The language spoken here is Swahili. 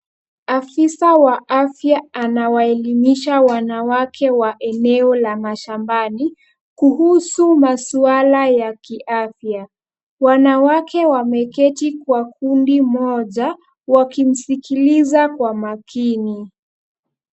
Afisa wa afya ana waelimisha wanawake wa eneo la mashambani kuhusu masuala ya kiafya. Wanawake wameketi kwa kundi moja, wakimsikiliza kwa makini.